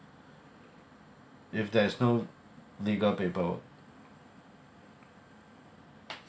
if there is no legal paperwork